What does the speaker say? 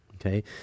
Okay